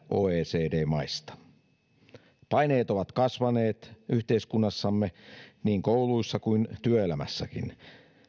oecd maista eniten mielenterveyshäiriöitä paineet ovat kasvaneet yhteiskunnassamme niin kouluissa kuin työelämässäkin